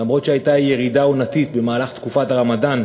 אף שהייתה ירידה עונתית במהלך תקופת הרמדאן,